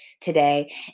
today